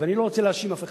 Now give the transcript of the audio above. ואני לא רוצה להאשים אף אחד.